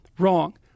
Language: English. wrong